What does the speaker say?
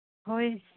ᱦᱳᱭ